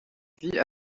vit